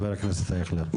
חבר הכנסת אייכלר.